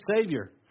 Savior